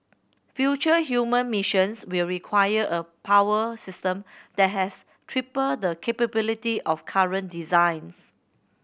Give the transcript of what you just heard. future human missions will require a power system that has triple the capability of current designs